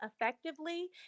effectively